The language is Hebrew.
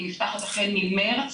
היא נפתחת החל ממרץ,